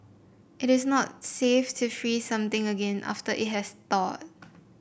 it is not safe to freeze something again after it has thawed